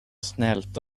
snällt